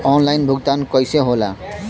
Online भुगतान कईसे होला?